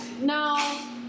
No